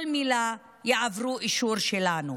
כל מילה, יעברו אישור שלנו".